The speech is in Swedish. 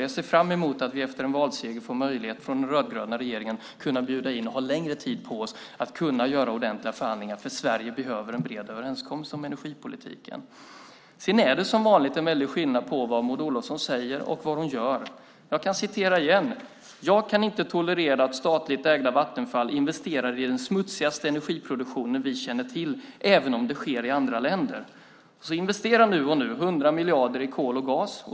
Jag ser fram emot att den rödgröna regeringen efter en valseger får möjlighet att bjuda in och ha längre tid på sig till ordentliga förhandlingar, för Sverige behöver en bred överenskommelse om energipolitiken. Som vanligt är det en väldig skillnad på vad Maud Olofsson säger och vad hon gör. Jag kan citera Maud Olofsson igen: "Jag kan inte . tolerera att statligt ägda Vattenfall investerar i den smutsigaste energiproduktion vi känner till, även om det sker i andra länder." Nu investerar man 100 miljarder i kol och gas.